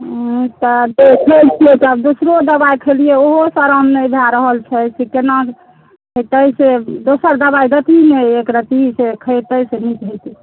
हॅं सर देखै छियै सर आब दोसरो दवाइ खेलियै ओहोसँ आराम नहि भऽ रहल छै से केना हेतै से दोसर दवाइ देथिन ने एक रति से खैतहुँ तऽ नीक हेतै